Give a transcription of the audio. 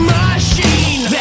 machine